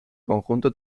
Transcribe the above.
conjunto